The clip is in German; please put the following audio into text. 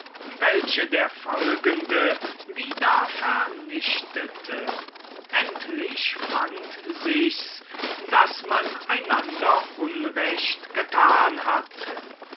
welche der folgende augenblick wieder vernichtigte endlich befand sich's daß man einander unrecht getan hatte